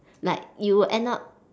like you would end up